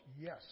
yes